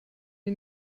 die